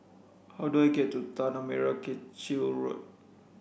how do I get to Tanah Merah Kechil Road